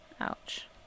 ouch